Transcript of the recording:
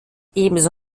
ebenso